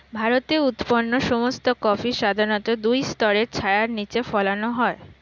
ভারতে উৎপন্ন সমস্ত কফি সাধারণত দুই স্তরের ছায়ার নিচে ফলানো হয়